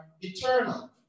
eternal